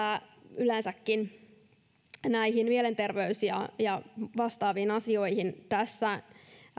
yleensäkin näihin mielenterveys ja ja vastaaviin asioihin tässä